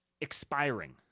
expiring